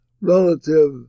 relative